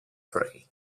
free